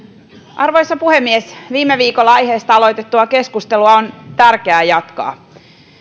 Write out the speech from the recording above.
arvoisa puhemies viime viikolla aiheesta aloitettua keskustelua on tärkeää jatkaa